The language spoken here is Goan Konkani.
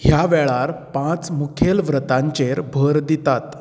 ह्या वेळार पांच मुखेल व्रतांचेर भर दितात